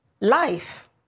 Life